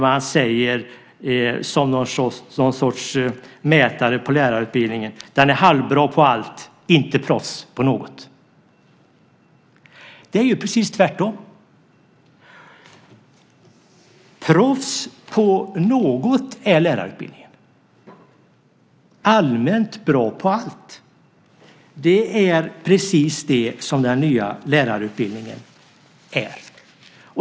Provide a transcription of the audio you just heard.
Man säger som någon sorts mätare på lärarutbildningen att den är halvbra på allt, inte proffs på något. Det är ju precis tvärtom. Proffs på något är lärarutbildningen, allmänt bra på allt. Det är precis det som den nya lärarutbildningen är.